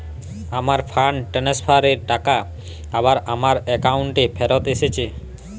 আমার fund transfer এর টাকা আবার আমার একাউন্টে ফেরত এসেছে